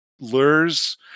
Lures